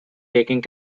taking